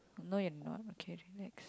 no you're not okay relax